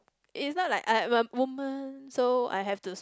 is not like I am a woman so I have to